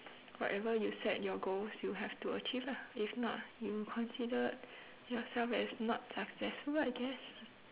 whatever you set your goals you have to achieve lah if not you considered yourself as not successful I guess